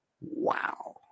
Wow